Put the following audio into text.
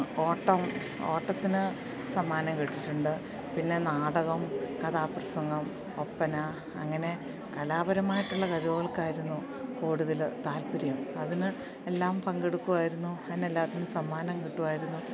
ഓട്ടം ഓട്ടത്തിന് സമ്മാനം കിട്ടിയിട്ടുണ്ട് പിന്നെ നാടകം കഥാപ്രസംഗം ഒപ്പന അങ്ങനെ കലാപരമായിട്ടുള്ള കഴിവുകൾക്കായിരുന്നു കൂടുതൽ താല്പര്യം അതിന് എല്ലാം പങ്കെടുക്കുമായിരുന്നു അതിനെല്ലാത്തിനും സമ്മാനം കിട്ടുമായിരുന്നു